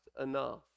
enough